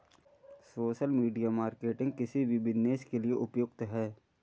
social media marketing किसी भी business के लिए उपयुक्त है